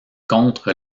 contre